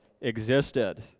existed